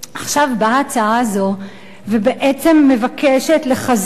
עכשיו באה ההצעה הזאת ובעצם מבקשת לחזק